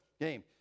game